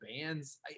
bands